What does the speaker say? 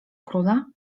króla